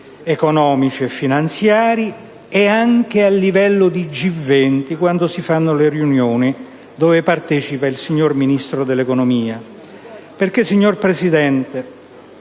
economici e finanziari, e anche a livello di G20, quando si svolgono le riunioni cui partecipa il signor Ministro dell'economia e delle finanze. Signor Presidente,